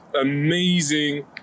amazing